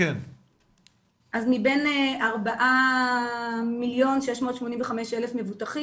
מבין 4.685 מיליון מבוטחים,